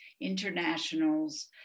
internationals